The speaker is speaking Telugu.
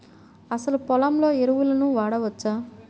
అసలు పొలంలో ఎరువులను వాడవచ్చా?